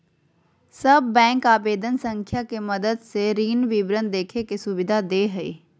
सब बैंक आवेदन संख्या के मदद से ऋण विवरण देखे के सुविधा दे हइ